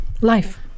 Life